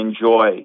enjoy